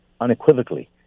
unequivocally